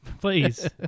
Please